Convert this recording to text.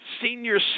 Senior